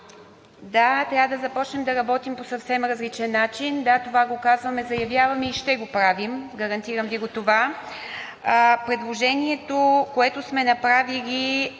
да, трябва да започнем да работим по съвсем различен начин. Да, това го казваме, заявяваме и ще го правим – гарантирам Ви го това. Предложението, което сме направили,